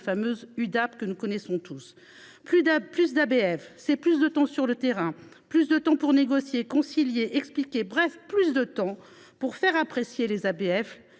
patrimoine), que nous connaissons bien. Oui ! Plus d’ABF, c’est plus de temps sur le terrain, plus de temps pour négocier, concilier, expliquer, bref, plus de temps pour faire apprécier –